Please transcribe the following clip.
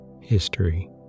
history